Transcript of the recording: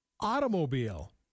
automobile